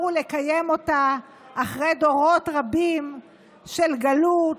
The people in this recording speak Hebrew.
ולקיים אותה אחרי דורות רבים של גלות,